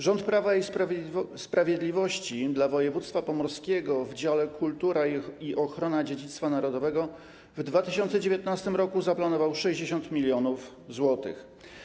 Rząd Prawa i Sprawiedliwości dla województwa pomorskiego w dziale: Kultura i ochrona dziedzictwa narodowego w 2019 r. zaplanował 60 mln zł.